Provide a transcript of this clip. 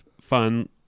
fun